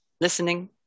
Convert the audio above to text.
Listening